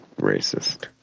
racist